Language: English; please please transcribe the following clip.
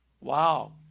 wow